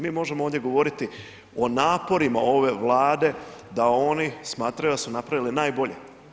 Mi možemo ovdje govoriti o naporima ove Vlade da oni smatraju da su napravili najbolje.